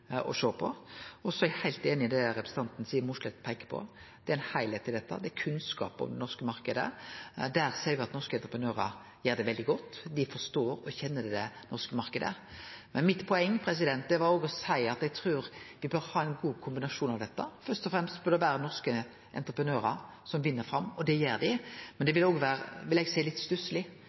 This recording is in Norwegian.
å sjå på. Så er eg heilt einig i det representanten Siv Mossleth peiker på, at det er ein heilskap i dette, det er kunnskap om den norske marknaden. Der ser me at norske entreprenørar gjer det veldig godt. Dei forstår og kjenner den norske marknaden. Men mitt poeng var òg å seie at eg trur me bør ha ein god kombinasjon av dette, først og fremst bør det vere norske entreprenørar som vinn fram, og det gjer dei. Men det ville òg vere, vil eg seie, litt